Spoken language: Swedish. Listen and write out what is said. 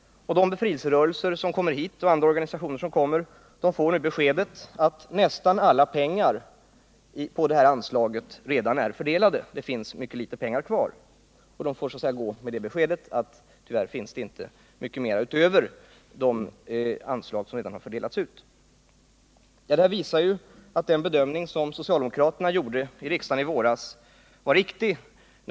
Och de representanter för befrielserörelser och andra organisationer som kommer hit får nu beskedet att nästan alla pengar på anslaget för stöd till befrielserörelser redan är fördelade; det finns mycket litet kvar. De får alltså gå med det beskedet. Detta visar att den bedömning som socialdemokraterna gjorde i våras i riksdagen var riktig.